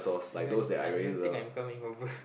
I don't I don't think I am coming over